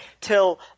till